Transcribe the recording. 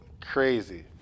Crazy